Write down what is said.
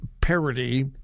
parody